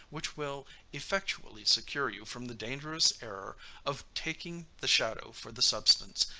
which will effectually secure you from the dangerous error of taking the shadow for the substance,